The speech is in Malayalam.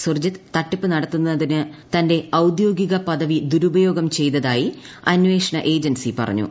സുർജിത് തട്ടിപ്പ് നടത്തുന്നതിനായി തന്റെ ഔദ്യോഗിക പദവി ദുരുപയോഗം ചെയ്തതായി അന്വേഷണ ഏജൻസി പറഞ്ഞു